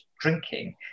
drinking